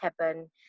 happen